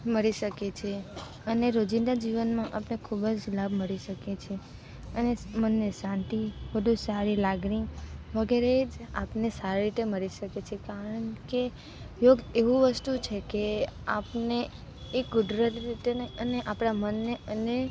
મળી શકે છે અને રોજિંદા જીવનમાં આપણને ખૂબ જ લાભ મળી શકે છે અને મનને શાંતિ વધુ સારી લાગણી વગેરે જ આપણને સારી રીતે મળી શકે છે કારણ કે યોગ એવું વસ્તુ છે કે આપણને એ કુદરતી રીતે ને અને આપણાં મનને અને